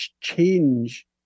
change